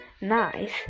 nice